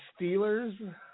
Steelers